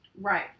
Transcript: Right